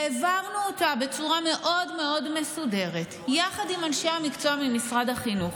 והעברנו אותה בצורה מאוד מאוד מסודרת יחד עם אנשי המקצוע ממשרד החינוך,